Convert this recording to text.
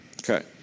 Okay